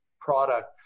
product